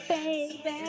Baby